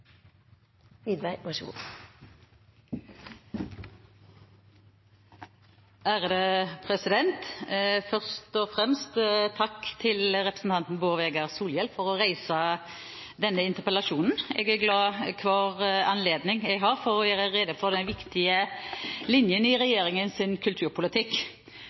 Først og fremst vil jeg si takk til representanten Bård Vegar Solhjell for å reise denne interpellasjonen. Jeg er glad for enhver anledning jeg har til å gjøre rede for de viktigste linjene i regjeringens kulturpolitikk.